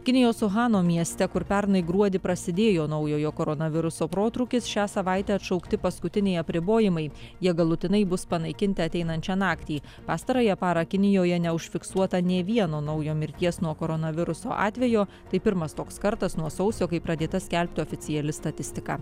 kinijos uhano mieste kur pernai gruodį prasidėjo naujojo koronaviruso protrūkis šią savaitę atšaukti paskutiniai apribojimai jie galutinai bus panaikinti ateinančią naktį pastarąją parą kinijoje neužfiksuota nė vieno naujo mirties nuo koronaviruso atvejo tai pirmas toks kartas nuo sausio kai pradėta skelbti oficiali statistika